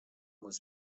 was